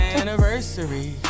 Anniversary